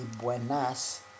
buenas